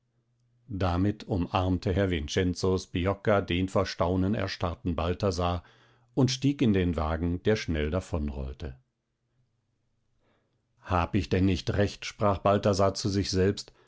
damit umarmte herr vincenzo sbiocca den vor staunen erstarrten balthasar und stieg in den wagen der schnell davonrollte hab ich denn nicht recht sprach balthasar zu sich selbst